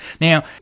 Now